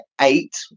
eight